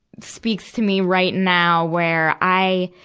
speaks to me right now where i,